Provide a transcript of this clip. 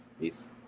peace